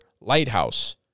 Lighthouse